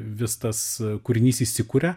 vis tas kūrinys įsikuria